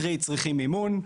קרי, צריכים מימון.